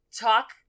talk